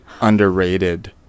underrated